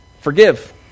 forgive